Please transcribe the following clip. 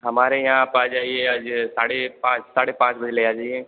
हमारे यहाँ आप आ जाइए आज साढ़े पाँच साढ़े पाँच भेले आ जाइए